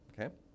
Okay